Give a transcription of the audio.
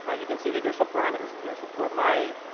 ah you can see that there are some parameters in here. so for my